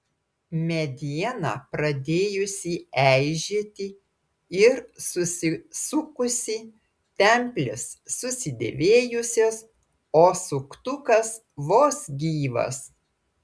mediena pradėjusi eižėti ir susisukusi templės susidėvėjusios o suktukas vos gyvas